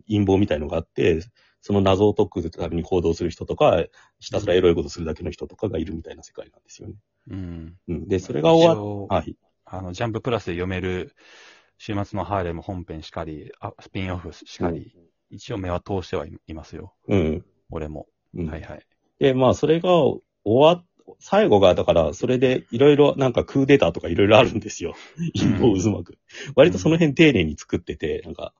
陰謀みたいのがあって、その謎を解くために行動する人とか、ひたすらエロいことするだけの人とかがいるみたいな世界なんですよね。うん。うん。で、それが終わっ-一応、はい。あの、ジャンププラスで読める終末のハーレム本編しかり、あ、スピンオフしかり、うん。一応目は通してはいますよ。うん。俺も。うん。はいはい。で、まあ、それが終わっ- 最後が、だからそれで色々なんかクーデターとか色々あるんですよ。うん。陰謀渦巻く。うん。割とその辺丁寧に作ってて、なんか